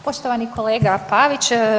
Poštovani kolega Pavić.